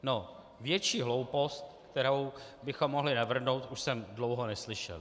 No, větší hloupost, kterou bychom mohli navrhnout, už jsem dlouho neslyšel.